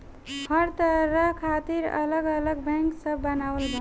हर काम खातिर अलग अलग बैंक सब बनावल बा